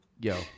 yo